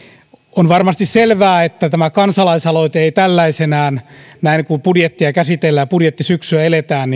on varmasti selvää että tämä kansalaisaloite ei varmasti tällaisenaan näin kun budjettia käsitellään ja budjettisyksyä eletään